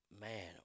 man